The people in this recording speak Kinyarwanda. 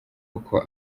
uko